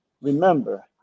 remember